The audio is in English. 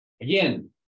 Again